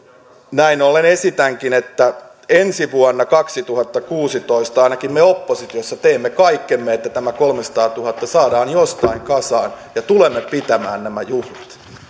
näin ollen esitänkin että ensi vuonna kaksituhattakuusitoista ainakin me oppositiossa teemme kaikkemme että tämä kolmeensataantuhanteen saadaan jostain kasaan ja tulemme pitämään nämä juhlat